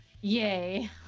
Yay